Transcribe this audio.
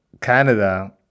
canada